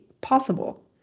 possible